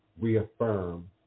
reaffirm